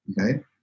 Okay